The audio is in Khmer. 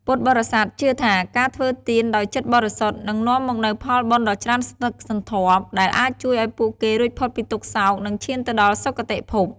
ពុទ្ធបរិស័ទជឿថា ការធ្វើទានដោយចិត្តបរិសុទ្ធ នឹងនាំមកនូវផលបុណ្យដ៏ច្រើនសន្ធឹកសន្ធាប់ ដែលអាចជួយឱ្យពួកគេរួចផុតពីទុក្ខសោក និងឈានទៅដល់សុខគតិភព។